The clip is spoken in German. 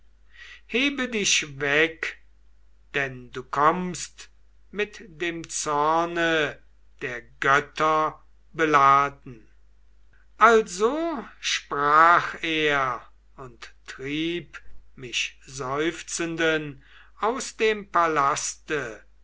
hebe dich weg denn du kommst mit dem zorne der götter beladen also sprach er und trieb mich seufzenden aus dem palaste